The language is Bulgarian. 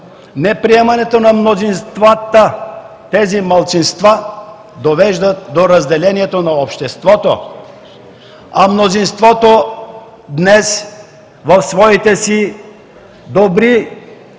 неприемането от мнозинствата – тези малцинства довеждат до разделението на обществото. А мнозинството днес, в своите си добри